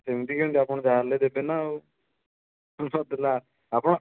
ସେମିତି କେମିତି ଆପଣ ଯାହାହେଲେ ଦେବେନା ଆଉ ନା ଆପଣ